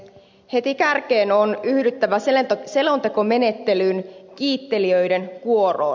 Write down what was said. heti kärkeen on yhdyttävä selontekomenettelyn kiittelijöiden kuoroon